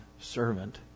servant